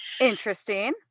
Interesting